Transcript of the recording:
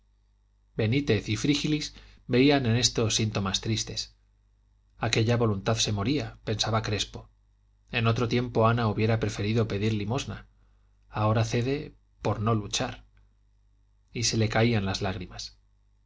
benítez y frígilis veían en esto síntomas tristes aquella voluntad se moría pensaba crespo en otro tiempo ana hubiera preferido pedir limosna ahora cede por no luchar y se le caían las lágrimas